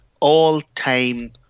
all-time